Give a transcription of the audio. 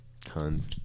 Tons